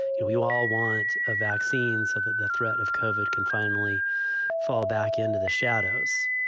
you know you all want a vaccine so that the threat of covered can finally fall back into the shadows